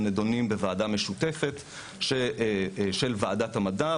נדונים בוועדה משותפת של ועדת המדע,